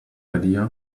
idea